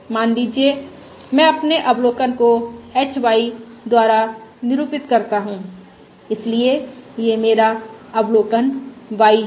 मान लीजिए मैं अपने अवलोकन को h y द्वारा निरूपित करता हूं इसलिए यह मेरा अवलोकन y है